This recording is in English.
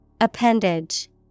Appendage